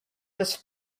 just